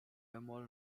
mol